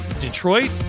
Detroit